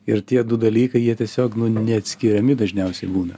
ir tie du dalykai jie tiesiog neatskiriami dažniausiai būna